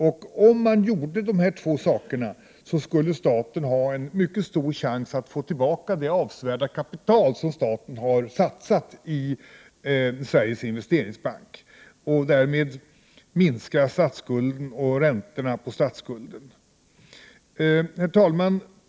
Om man gjorde de här två sakerna, skulle staten ha en mycket stor chans att få tillbaka det avsevärda kapital som staten har satsat i Sveriges Investeringsbank och därmed minska statsskulden och räntorna på statsskulden. Herr talman!